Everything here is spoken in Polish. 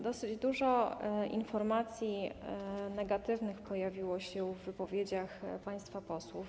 Dosyć dużo informacji negatywnych pojawiło się w wypowiedziach państwa posłów.